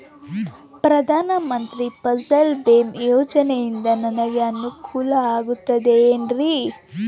ಪ್ರಧಾನ ಮಂತ್ರಿ ಫಸಲ್ ಭೇಮಾ ಯೋಜನೆಯಿಂದ ನನಗೆ ಅನುಕೂಲ ಆಗುತ್ತದೆ ಎನ್ರಿ?